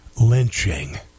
lynching